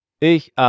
Ich